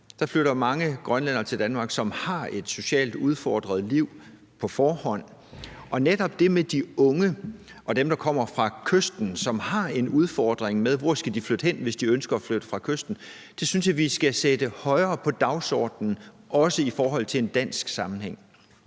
Der flytter mange grønlændere til Danmark, som har et socialt udfordret liv på forhånd, og netop det med de unge og dem, der kommer fra kysten, som har en udfordring med, hvor de skal flytte hen, hvis de ønsker at flytte fra kysten, synes jeg vi skal sætte højere på dagsordenen, også i forhold til en dansk sammenhæng.